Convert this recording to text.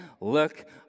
Look